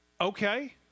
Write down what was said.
okay